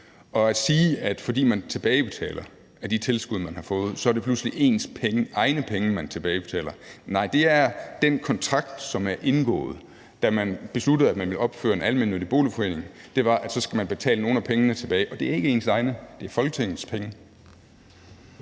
til at sige, at fordi man tilbagebetaler af de tilskud, man har fået, så er det pludselig ens egen penge, man tilbagebetaler, vil jeg sige: Nej, det er den kontrakt, som er indgået, da man besluttede, at man ville opføre en almennyttig boligforening, nemlig at så skal man betale nogle af pengene tilbage. Og det er ikke ens egne; det er Folketingets penge.